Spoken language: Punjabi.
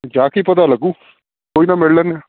ਜਾ ਕੇ ਹੀ ਪਤਾ ਲੱਗੂ ਕੋਈ ਨਾ ਮਿਲ ਲੈਂਦੇ